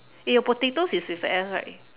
eh your potatoes is with a S right